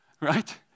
Right